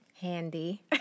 handy